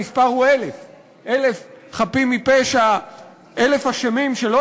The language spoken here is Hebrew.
המספר הוא 1,000. 1,000 אשמים שלא